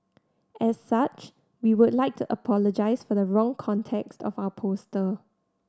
as such we would like to apologise for the wrong context of our poster